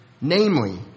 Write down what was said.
namely